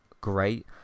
great